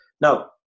Now